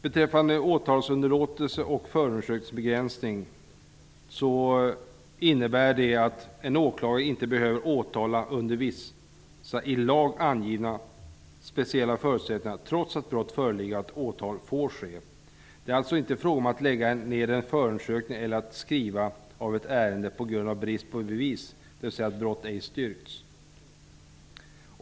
Beträffande åtalsunderlåtelse och förundersökningsbegränsning innebär detta att en åklagare inte behöver åtala under vissa i lag angivna speciella förutsättningar, trots att brott föreligger och att åtal får ske. Det är alltså inte fråga om att lägga ned en förundersökning eller att avskriva ett ärende på grund av brist på bevis, dvs. att brott ej styrkts.